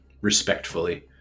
respectfully